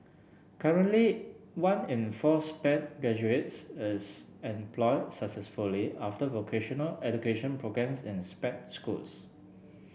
currently one in four Sped graduates is employed successfully after vocational education programmes in Sped schools